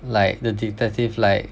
like the detective like